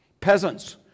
Peasants